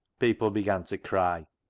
people began to cry,